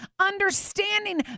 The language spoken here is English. understanding